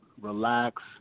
relax